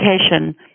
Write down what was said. education